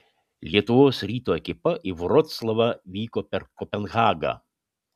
lietuvos ryto ekipa į vroclavą vyko per kopenhagą